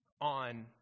on